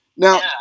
Now